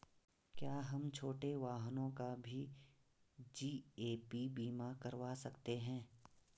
क्या हम छोटे वाहनों का भी जी.ए.पी बीमा करवा सकते हैं?